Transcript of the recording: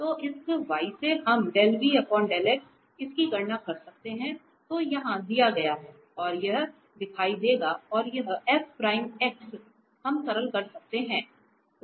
तो इस v से हम इसकी गणना कर सकते हैं जो यहां दिया गया है और यह दिखाई देगा और यह हम सरल कर सकते हैं